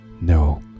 No